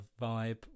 vibe